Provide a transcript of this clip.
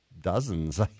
dozens